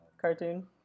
cartoon